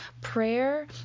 prayer